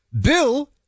Bill